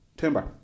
timber